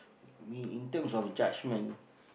me in terms of judgement